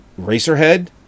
Racerhead